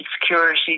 security